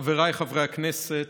חבריי חברי הכנסת,